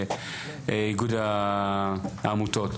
איגוד העמותות.